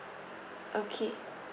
okay